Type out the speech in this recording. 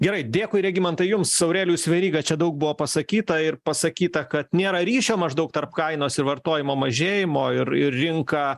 gerai dėkui regimantai jums aurelijus veryga čia daug buvo pasakyta ir pasakyta kad nėra ryšio maždaug tarp kainos ir vartojimo mažėjimo ir ir rinka